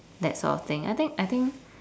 that's sort of thing I think I think